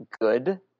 good